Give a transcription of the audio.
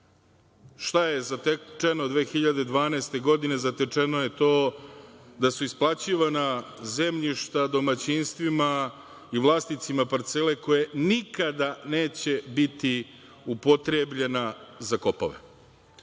je zatečeno 2012. godine? Zatečeno je to da su isplaćivana zemljišta domaćinstvima i vlasnicima parcele koje nikada neće biti upotrebljena za kopove.